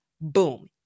Boom